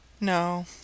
No